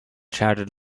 shouted